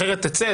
אחרת תצא,